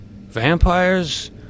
vampires